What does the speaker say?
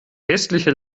hässliche